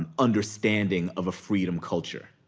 um understanding of a freedom culture.